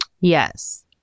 Yes